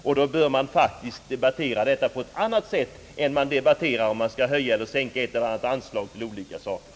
Sådana saker bör debatteras på ett annat sätt än då man diskuterar om vi skall höja eller sänka ett eller annat anslag för olika ändamål.